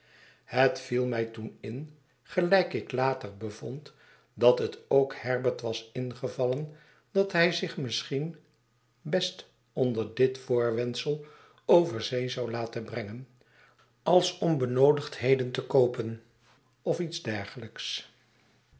het viel mij to en in gelijk ik later bevond dat het ook herbert was ingevallen dat hij zich misschien best onder dit voorwendsel over zee zou laten brengen als om benoodigdheden te koopen of iets dergelijks